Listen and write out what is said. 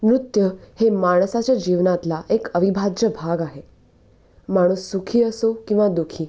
नृत्य हे माणसाच्या जीवनातला एक अविभाज्य भाग आहे माणूस सुखी असो किंवा दु खी